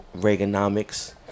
Reaganomics